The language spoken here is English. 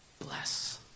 Bless